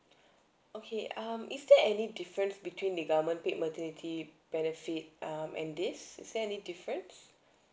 okay um is there any difference between the government paid maternity benefit um and this is there any difference